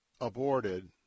aborted